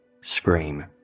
scream